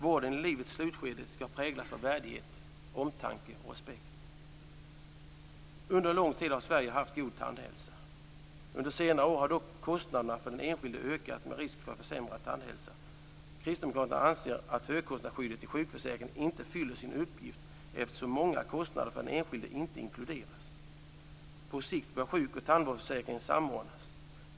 Vården i livets slutskede skall präglas av värdighet, omtanke och respekt. Under lång tid har vi i Sverige haft god tandhälsa. Under senare år har dock kostnaderna för den enskilde ökat med risk för försämrad tandhälsa. Kristdemokraterna anser att högkostnadsskyddet i sjukförsäkringen inte fyller sin uppgift, eftersom många kostnader för den enskilde inte inkluderas. På sikt bör sjukoch tandvårdsförsäkringen samordnas.